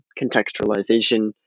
contextualization